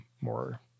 more